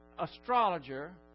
astrologer